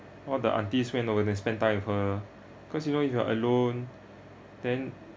all the aunties went over then spend time with her cause you know if you're alone then